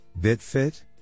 bitfit